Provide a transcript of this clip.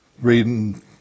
reading